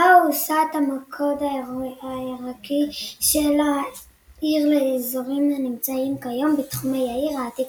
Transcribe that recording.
בה הוסט המוקד העיקרי של העיר לאזורים הנמצאים כיום בתחומי העיר העתיקה.